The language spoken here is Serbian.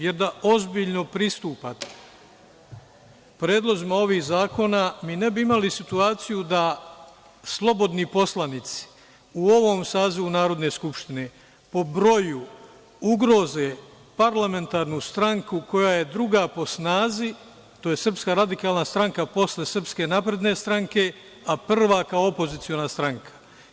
Jer da ozbiljno pristupate predlozima ovih zakona, mi ne bi imali situaciju da slobodni poslanici u ovom sazivu Narodne skupštine po broju ugroze parlamentarnu stranku koja je druga po snazi, to je SRS posle SNS, a prva kao opoziciona stranka.